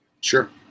Sure